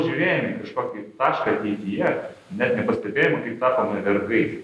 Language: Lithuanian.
žiūrėjom į kažkokį tašką ateityje net nepastebėjom kaip tapome vergais